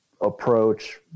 approach